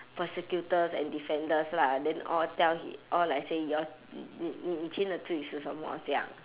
prosecutors and defenders lah and then all tell hi~ all like say you all n~ n~ 你以前的罪是什么这样